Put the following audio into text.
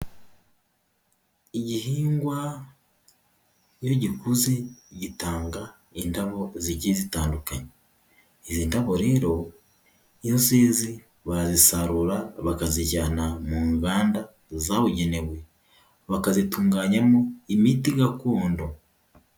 Igihingwa iyo gikuze gitanga indabo zigiye zitandukanye. Izi ndabo rero iyo zeze barazisarura bakazijyana mu nganda zabugenewe. Bakazitunganyamo imiti gakondo.